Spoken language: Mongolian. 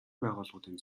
байгууллагуудын